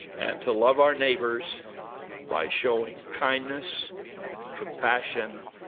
and to love our neighbors by showing kindness and compassion,